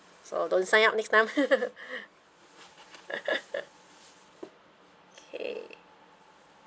so don't sign up next time okay